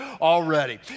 already